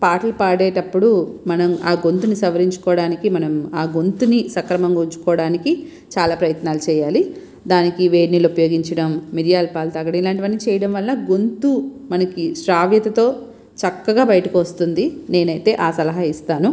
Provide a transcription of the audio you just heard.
పాటలు పాడేటప్పుడు మనం గొంతుని సవరుంచుకోవడానికి మనం ఆ గొంతుని సక్రమంగా ఉంచుకోవడానికి చాలా ప్రయత్నాలు చేయాలి దానికి వేడి నీళ్లు ఉపయోగించడం మిరియాల పాలు తాగడం ఇలాంటివన్నీ చేయడం వళ్ళ గొంతు మనకి శ్రావ్యతతో చక్కగా బయటకి వస్తుంది నేను అయితే అదే సలహా ఇస్తాను